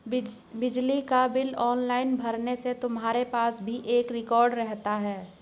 बिजली का bill online भरने से तुम्हारे पास भी एक रिकॉर्ड रहता है